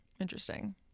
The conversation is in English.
Interesting